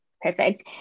perfect